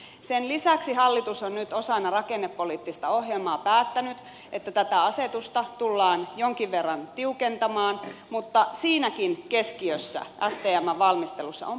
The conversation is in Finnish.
sen lisäksi hallitus on nyt osana rakennepoliittista ohjelmaa päättänyt että tätä asetusta tullaan jonkin verran tiukentamaan mutta siinäkin keskiössä stmn valmistelussa on potilasturvallisuudesta huolehtiminen